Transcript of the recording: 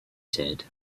said